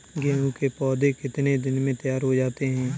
गेहूँ के पौधे कितने दिन में तैयार हो जाते हैं?